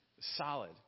solid